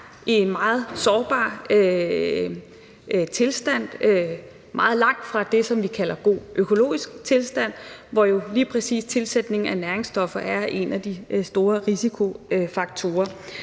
i en meget sårbar tilstand meget langt fra det, vi kalder god økologisk tilstand, hvor jo lige præcis tilsætning af næringsstoffer er en af de store risikofaktorer.